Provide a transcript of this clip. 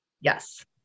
Yes